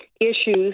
issues